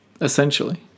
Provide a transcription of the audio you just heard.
Essentially